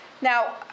Now